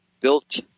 built